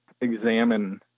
examine